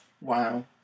Wow